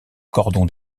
cordon